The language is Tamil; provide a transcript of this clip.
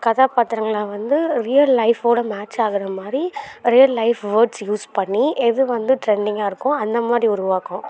கதாபாத்திரங்களை வந்து ரியல் லைஃபோட மேட்சாகிற மாதிரி ரியல் லைஃப் வேர்ட்ஸ் யூஸ் பண்ணி எது வந்து ட்ரெண்டிங்கா இருக்கோ அந்த மாதிரி உருவாக்குவோம்